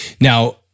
Now